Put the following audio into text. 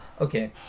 okay